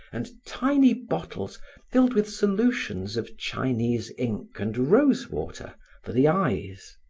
and tiny bottles filled with solutions of chinese ink and rose water for the eyes.